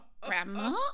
Grandma